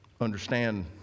understand